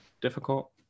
difficult